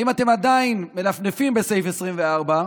האם אתם עדיין מנפנפים בסעיף 24,